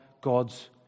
God's